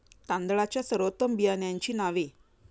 तांदळाच्या सर्वोत्तम बियाण्यांची नावे?